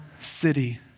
city